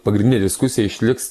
pagrindinė diskusija išliks